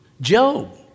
Job